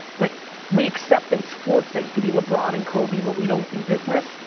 like, we accept in sports that you can be lebron and kobe, but we don't in business.